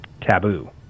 taboo